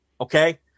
Okay